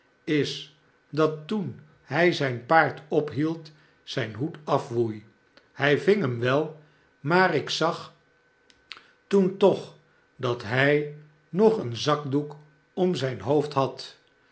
is dat toen hij zijn paard ophield zijn hoed afwoei hij ving hem wel maar ik zag toen toch dat hij nog een zakdoek om zijn hoofd had